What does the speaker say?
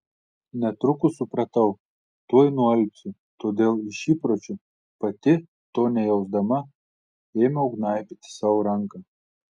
netrukus supratau tuoj nualpsiu todėl iš įpročio pati to nejausdama ėmiau gnaibyti sau ranką